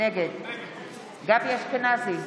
נגד גבי אשכנזי,